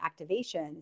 activations